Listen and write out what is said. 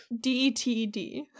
DTD